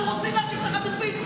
אנחנו רוצים להשיב את החטופים,